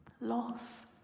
loss